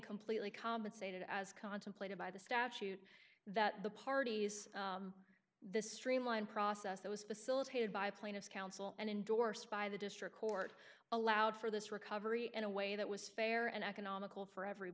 completely compensated as contemplated by the statute that the parties this streamline process that was facilitated by plaintiff's counsel and endorsed by the district court allowed for this recovery in a way that was fair and economical for ever